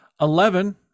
Eleven